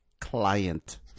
client